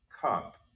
cup